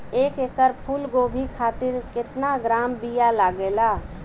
एक एकड़ फूल गोभी खातिर केतना ग्राम बीया लागेला?